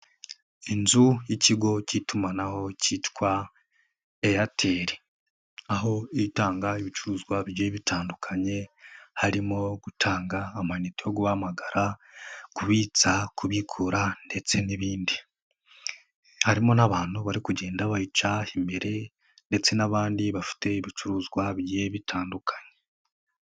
Inzu y'ikigo cy'itumanaho cyitwa Airtel, aho itanga ibicuruzwa bigye bitandukanye, harimo gutanga amayinite yo guhamagara, kubitsa kubikura ndetse n'ibindi, harimo n'abantu bari kugenda bayica imbere ndetse n'abandi bafite ibicuruzwa bigiye bitandukanye.